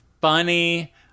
funny